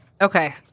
Okay